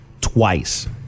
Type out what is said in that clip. twice